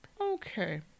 Okay